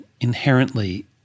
inherently